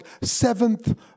seventh